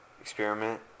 experiment